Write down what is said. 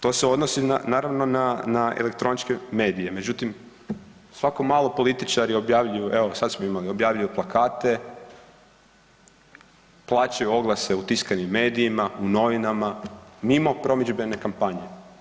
To se odnosi naravno na elektroničke medije, međutim svako malo političari objavljuju evo sad smo imali objavljuju plakate, plaćaju oglase u tiskanim medijima u novinama mimo promidžbene kampanje.